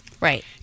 Right